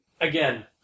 again